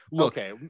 Okay